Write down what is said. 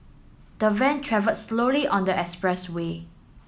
the van travelled slowly on the express way